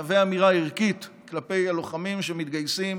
מהווה אמירה ערכית כלפי הלוחמים שמתגייסים